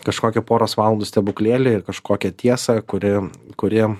kažkokį poros valandų stebuklėlį ir kažkokią tiesą kuri kuriem